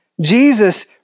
Jesus